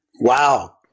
Wow